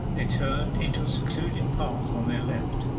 they turned into a secluded path on their left,